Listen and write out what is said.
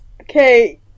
okay